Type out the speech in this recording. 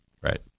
Right